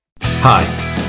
Hi